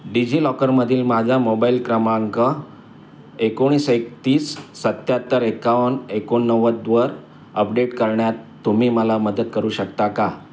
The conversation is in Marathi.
डिजिलॉकरमधील माझा मोबाईल क्रमांक एकोणीस एकतीस सत्याहत्तर एक्कावन एकोणनव्वदवर अपडेट करण्यात तुम्ही मला मदत करू शकता का